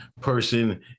person